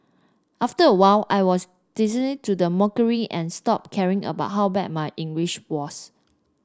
after a while I was desensitised to the mockery and stopped caring about how bad my English was